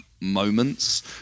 moments